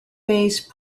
based